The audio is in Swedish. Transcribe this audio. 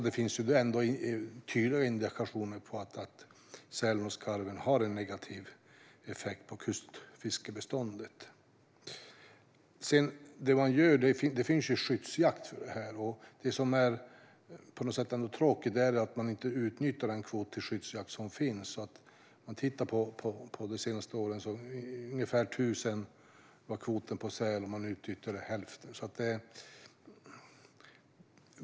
Det finns tydliga indikationer på att sälen och skarven har en negativ effekt på kustfiskebeståndet. Det finns ju skyddsjakt för det här. Det som är tråkigt är att man inte utnyttjar den kvot till skyddsjakt som finns. Under de senaste åren har kvoten för säl varit ungefär 1 000, men man utnyttjade bara hälften.